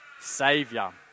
saviour